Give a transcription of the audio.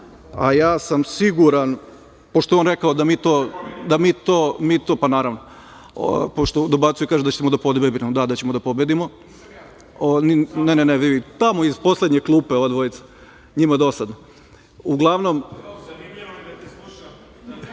a ja sam siguran, pošto je on rekao da mi to… pa naravno, pošto dobacuju i kažu da ćemo da pobedimo. Da, da ćemo da pobedimo, tamo iz poslednje klupe ova dvojica, njima je dosadno.(Aleksandar